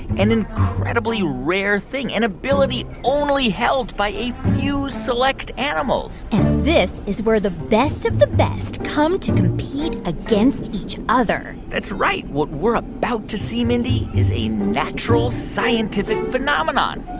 an incredibly rare thing, an ability only held by a few select animals and this is where the best of the best come to compete against each other that's right. what we're about to see, mindy, is a natural scientific phenomenon